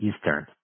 Eastern